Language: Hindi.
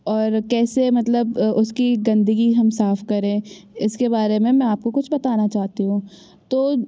और कैसे मतलब उसकी गंदगी हम साफ़ करें इसके बारे में मैं आपको कुछ बताना चाहती हूँ तो